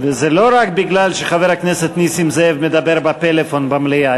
וזה לא רק מפני שחבר הכנסת נסים זאב מדבר בפלאפון במליאה,